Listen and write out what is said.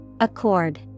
Accord